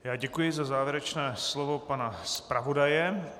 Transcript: Já děkuji za závěrečné slovo pana zpravodaje.